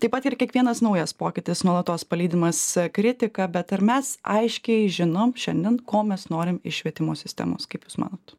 taip pat ir kiekvienas naujas pokytis nuolatos palydimas kritika bet ar mes aiškiai žinom šiandien ko mes norim iš švietimo sistemos kaip jūs manot